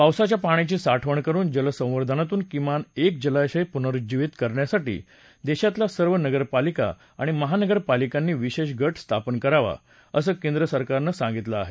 पावसाच्या पाण्याची साठवण करुन जलसंवर्धनातून किमान एक जलाशय पुनरुज्जीवित करण्यासाठी देशातल्या सर्व नगरपालिका आणि महानगरपालिकांनी विशेष गट स्थापन करावा असं केंद्रसरकारनं सांगितलं आहे